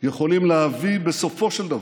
יכולים להביא, בסופו של דבר,